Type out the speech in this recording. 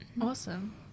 Awesome